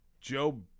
Joe